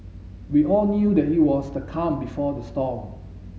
we all knew that it was the calm before the storm